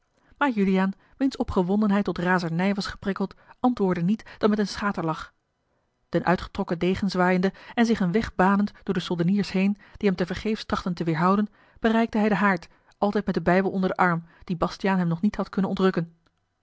maar juliaan wiens opgewondenheid tot razernij was geprikkeld antwoordde niet dan met een schaterlach den uitgetrokken degen zwaaiende en zich een weg banend door de soldeniers heen die hem tevergeefs trachtten te weêrhouden bereikte hij den haard altijd met den bijbel onder den arm dien bastiaan hem nog niet had kunnen